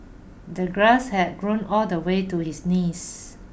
the grass had grown all the way to his knees